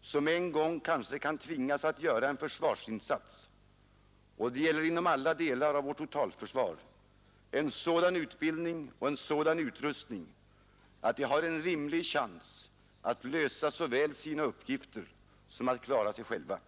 som en gång kanske kan tvingas att göra en försvarsinsats — det gäller inom alla delar av vårt totalförsvar — en sådan utbildning och en sådan utrustning att de har en rimlig chans att lösa såväl sina uppgifter som att klara sig själva.